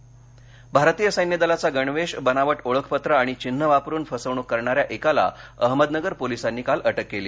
अहमदनगर भारतीय सैन्य दलाचा गणवेश बनावट ओळखपत्र आणि चिन्ह वापरुन फसवणूक करणाऱ्या एकाला अहमदनगर पोलिसांनी काल अटक केली